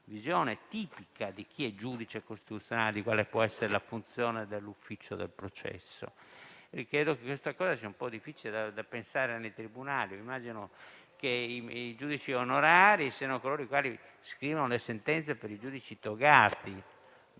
visione tipica di chi è giudice costituzionale rispetto a quella che possa essere la funzione dell'ufficio del processo. Io ritengo, però, che questo istituto sia un po' difficile da pensare nei tribunali. Immagino che i giudici onorari saranno coloro i quali scrivono le sentenze per i giudici togati: